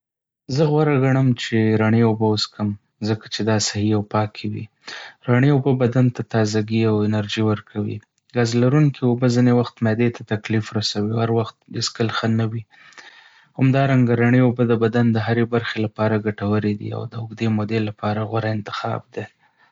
زه غوره ګڼم چې رڼې اوبه وڅښم ځکه چې دا صحي او پاکې وي. رڼې اوبه بدن ته تازه ګي او انرژي ورکوي. ګازلرونکې اوبه ځینې وخت معدې ته تکلیف رسوي او هر وخت یې څښل ښه نه وي. همدارنګه، رڼې اوبه د بدن د هرې برخې لپاره ګټورې دي او د اوږدې مودې لپاره غوره انتخاب دی.